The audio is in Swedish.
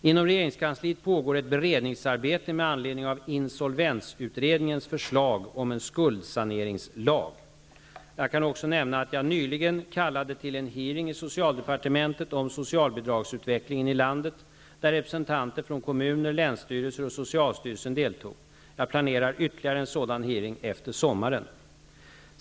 Inom regeringskansliet pågår ett beredningsarbete med anledning av insolvensutredningens förslag om en skuldsaneringslag. Jag kan även nämna att jag nyligen kallade till en hearing i socialdepartementet om socialbidragsutvecklingen i landet där representanter från kommuner, länsstyrelser och socialstyrelsen deltog. Jag planerar ytterligare en sådan hearing efter sommaren.